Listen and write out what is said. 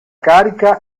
carica